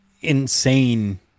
insane